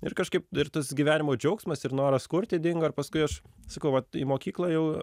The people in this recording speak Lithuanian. ir kažkaip ir tas gyvenimo džiaugsmas ir noras kurti dingo ir paskui aš sakau vat į mokyklą ėjau